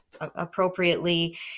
appropriately